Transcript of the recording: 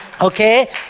Okay